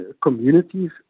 communities